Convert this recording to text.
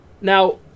Now